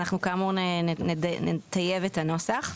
ואנחנו כאמור גם נטייב את הנוסח.